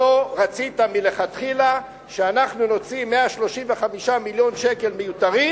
לא רצית מלכתחילה שאנחנו נוציא 135 מיליון שקלים מיותרים,